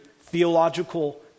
theological